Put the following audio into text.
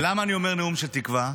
למה אני אומר נאום של תקווה?